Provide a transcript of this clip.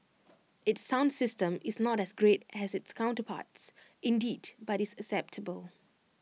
its sound system is not as great as its counterparts indeed but IT is acceptable